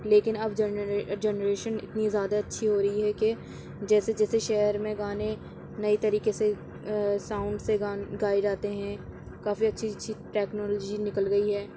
لیکن اب جنرے جنریشن اتنی زیادہ اچھی ہو رہی ہے کہ جیسے جیسے شہر میں گانے نئی طریقے سے ساؤنڈ سے گائے جاتے ہیں کافی اچھی اچھی ٹیکنالوجی نکل گئی ہے